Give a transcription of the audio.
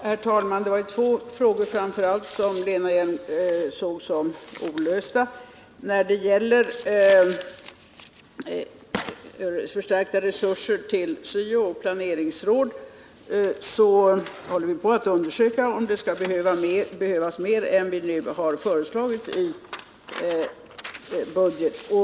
Herr talman! Det var framför allt två frågor som Lena Hjelm-Wallén såg som olösta. När det gäller frågan om förstärkta resurser till SYO och planeringsråd håller vi på att undersöka om det skall behövas mer pengar än vad vi nu har föreslagit i budgetpropositionen.